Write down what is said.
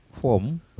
form